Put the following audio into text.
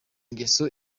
ngeso